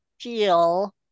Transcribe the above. feel